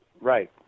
Right